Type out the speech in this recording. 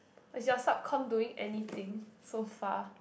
but is your subcomm doing any thing so far